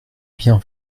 bien